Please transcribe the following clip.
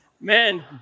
man